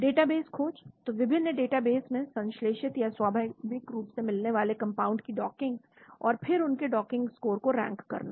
database खोज तो विभिन्न डेटाबेस में संश्लेषित या स्वाभाविक रूप से मिलने वाले कंपाउंड की डॉकिंग और फिर उनके डॉकिंग स्कोर को रैंक करना